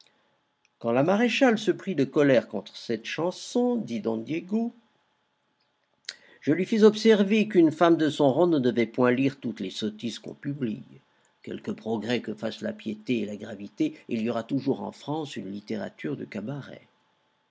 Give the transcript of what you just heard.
quand la maréchale se prit de colère contre cette chanson dit don diego je lui fis observer qu'une femme de son rang ne devait point lire toutes les sottises qu'on publie quelques progrès que fassent la piété et la gravité il y aura toujours en france une littérature de cabaret